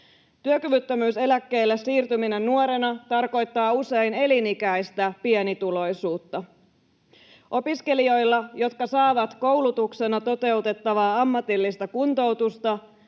Työkyvyttömyyseläkkeelle siirtyminen nuorena tarkoittaa usein elinikäistä pienituloisuutta. Opiskelijoilla, jotka saavat koulutuksena toteutettavaa ammatillista kuntoutusta,